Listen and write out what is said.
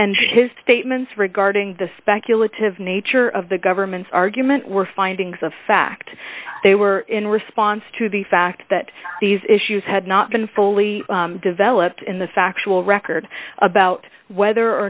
and his statements regarding the speculative nature of the government's argument were findings of fact they were in response to the fact that these issues had not been fully developed in the factual record about whether or